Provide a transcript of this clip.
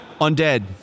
Undead